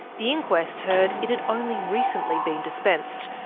the inquest heard it had only recently been dispensed,